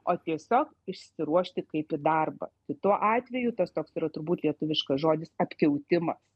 o tiesiog išsiruošti kaip į darbą kitu atveju tas toks yra turbūt lietuviškas žodis apkiautimas